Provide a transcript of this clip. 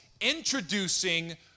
introducing